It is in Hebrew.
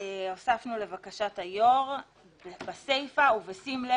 הועברה ההחלטה לשר לביטחון הפנים כאמור בסעיף קטן (ד)(1),